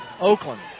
Oakland